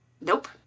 nope